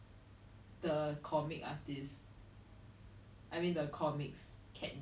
influential parents I'm not very sure so I didn't really have the ability to cover this up